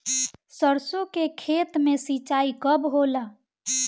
सरसों के खेत मे सिंचाई कब होला?